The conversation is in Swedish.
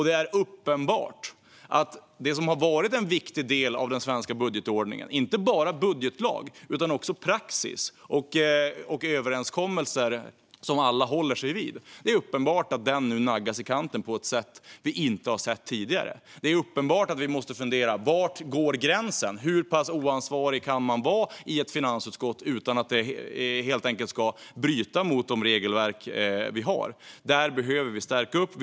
Det är uppenbart att det som har varit en viktig del av den svenska budgetordningen - inte bara budgetlag utan också praxis och överenskommelser som alla håller - nu naggas i kanten på ett sätt som vi inte har sett tidigare. Det är också uppenbart att vi måste fundera över var gränsen går. Hur pass oansvarig kan man vara i ett finansutskott utan att det bryter mot de regelverk vi har? Här behöver vi göra en förstärkning.